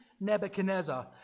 nebuchadnezzar